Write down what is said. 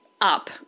up